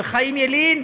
וחיים ילין,